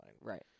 Right